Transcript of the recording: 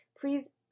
Please